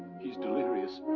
he's delirious.